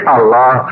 Allah